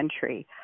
country